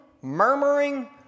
murmuring